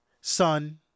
Son